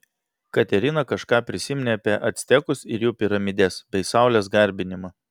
katerina kažką prisiminė apie actekus ir jų piramides bei saulės garbinimą